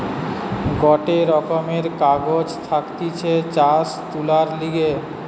গটে রকমের কাগজ থাকতিছে টাকা তুলার লিগে